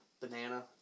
Banana